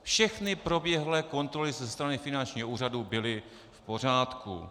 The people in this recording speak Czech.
Všechny proběhlé kontroly ze strany finančního úřadu byly v pořádku.